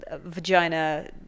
vagina